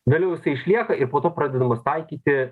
vėliau jisai išlieka ir po to pradedamas taikyti